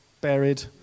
buried